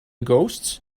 ghosts